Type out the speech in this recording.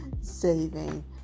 saving